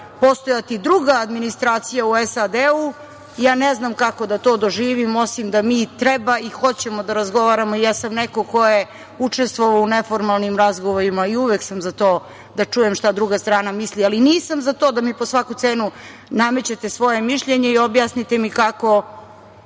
postojati druga administracija u SAD ne znam kako da to doživim, osim da mi treba i hoćemo da razgovaramo i ja sam neko ko je učestvovao u neformalnim razgovorima i uvek sam za to da čujem šta druga strana misli, ali nisam za to da mi po svaku cenu namećete svoje mišljenje i objasnite mi kako